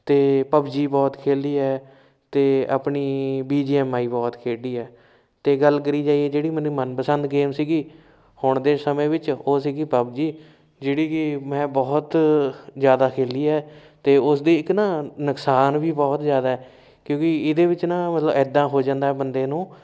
ਅਤੇ ਪਬਜੀ ਬਹੁਤ ਖੇਡੀ ਹੈ ਅਤੇ ਆਪਣੀ ਬੀ ਜੀ ਐਮ ਆਈ ਬਹੁਤ ਖੇਡੀ ਹੈ ਅਤੇ ਗੱਲ ਕਰੀ ਜਾਈਏ ਜਿਹੜੀ ਮੈਨੂੰ ਮਨਪਸੰਦ ਗੇਮ ਸੀਗੀ ਹੁਣ ਦੇ ਸਮੇਂ ਵਿੱਚ ਉਹ ਸੀਗੀ ਪਬਜੀ ਜਿਹੜੀ ਕਿ ਮੈਂ ਬਹੁਤ ਜ਼ਿਆਦਾ ਖੇਡੀ ਹੈ ਅਤੇ ਉਸਦੀ ਇੱਕ ਨਾ ਨੁਕਸਾਨ ਵੀ ਬਹੁਤ ਜ਼ਿਆਦਾ ਹੈ ਕਿਉਂਕਿ ਇਹਦੇ ਵਿੱਚ ਨਾ ਮਤਲਬ ਐਦਾਂ ਹੋ ਜਾਂਦਾ ਬੰਦੇ ਨੂੰ